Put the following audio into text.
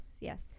yes